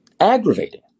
aggravating